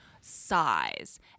size